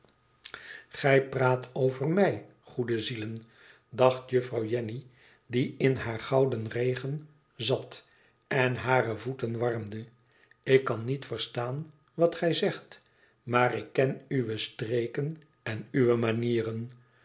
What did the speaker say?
gij praat over mij goede zielen dacht juffrouw jenny die in haar gouden regen zat en hare voeten warmde ik kan niet verstaan wat gij zegt maar ik ken uwe streken en uwe manieren